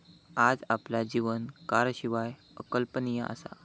आज आपला जीवन कारशिवाय अकल्पनीय असा